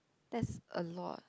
that's a lot